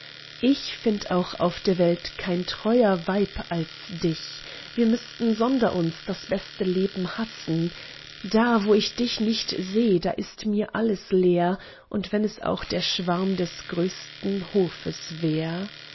ich find auch auf der welt kein treuer weib als dich wir müßten sonder uns das beste leben hassen da wo ich dich nicht seh da ist mir alles leer und wenn es auch der schwarm des größten hofes wär